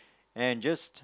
and just